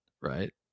right